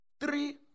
three